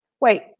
Wait